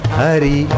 Hari